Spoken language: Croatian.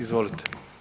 Izvolite.